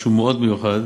משהו מאוד מיוחד,